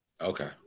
Okay